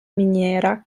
miniera